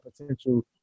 potential